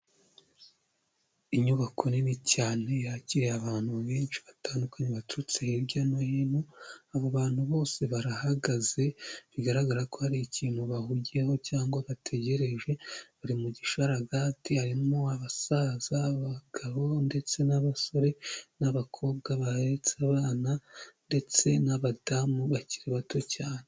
Inyubako nini cyane yakiriye abantu benshi batandukanye, baturutse hirya no hino abo bantu bose barahagaze bigaragara ko hari ikintu bahugiyeho cyangwa bategereje bari mu gishararati harimo abasaza, abagabo ndetse n'abasore, n'abakobwa baheretse abana ndetse n'abadamu bakiri bato cyane.